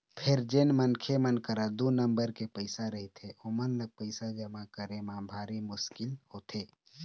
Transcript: फेर जेन मनखे मन करा दू नंबर के पइसा रहिथे ओमन ल पइसा जमा करे म भारी मुसकिल होथे